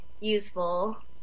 useful